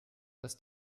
das